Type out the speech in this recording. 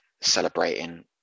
celebrating